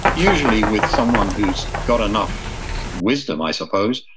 usually with someone who's got enough wisdom, i suppose,